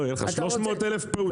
300,000 פעוטות.